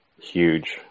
huge